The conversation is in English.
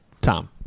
Tom